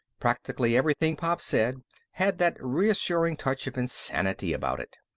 practically everything pop said had that reassuring touch of insanity about it.